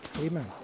Amen